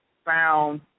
found